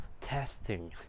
testing